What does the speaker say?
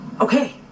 Okay